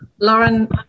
Lauren